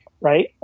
Right